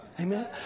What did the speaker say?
Amen